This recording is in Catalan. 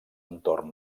entorn